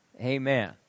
Amen